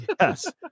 Yes